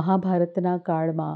મહાભારતના કાળમાં